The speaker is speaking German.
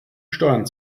steuern